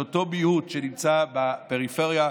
לאותו מיעוט שנמצא בפריפריה.